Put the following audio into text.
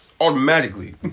Automatically